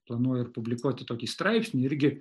planuoju ir publikuoti tokį straipsnį irgi